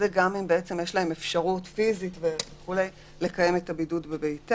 גם אם יש להם אפשרות לקיים את הבידוד בביתם.